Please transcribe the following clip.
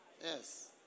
Yes